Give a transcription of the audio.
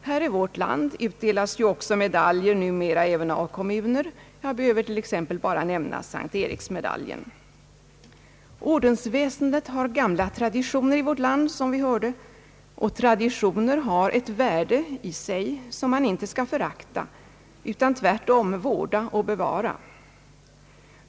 Här i vårt land utdelas ju också medaljer numera även av kommuner; jag behöver t.ex. bara nämna S:t Eriksmedaljen. Ordensväsendet har gamla traditioner i vårt land, som vi hörde, och traditioner har ett värde i sig som man inte skall förakta utan tvärtom vårda och bevara.